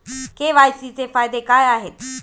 KYC चे फायदे काय आहेत?